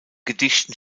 gedichten